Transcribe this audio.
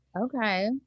Okay